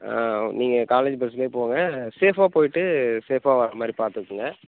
நீங்கள் காலேஜ் பஸ்ல போங்க சேஃபாக போய்டு சேஃபாக வரமாதிரி பார்த்துக்கங்க